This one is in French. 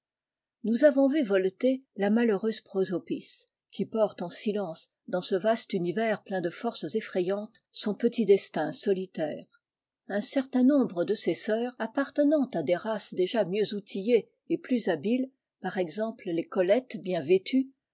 nous avons vu voleter la malheureuse profiopis qui porte en silence dans ce vaste univers plein de forces effrayantes son petit destin solitaire un certain nombre de ses sœurs appartenant à des races déjà mieux outillées et plus habiles par exemple les colletés bien vêtues